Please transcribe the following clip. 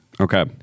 Okay